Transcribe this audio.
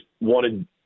wanted